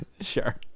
Sure